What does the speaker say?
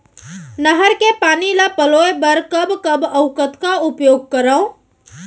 नहर के पानी ल पलोय बर कब कब अऊ कतका उपयोग करंव?